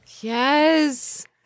Yes